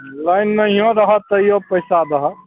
line नहियो रहत तइयो पैसा दहऽ